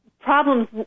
problems